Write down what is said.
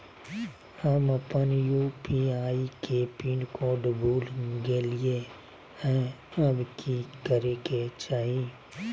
हम अपन यू.पी.आई के पिन कोड भूल गेलिये हई, अब की करे के चाही?